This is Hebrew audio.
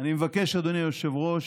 אני מבקש, אדוני היושב-ראש,